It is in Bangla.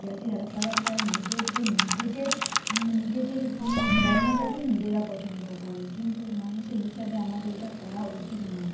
জাতিরা তারা তার নিজেদের নিজেদের নিজেদের ধর্মটাকেই নিজেরা পছন্দও করে কিন্তু মানুষের হিসাবে আমাদের এটা করা উচিত নয়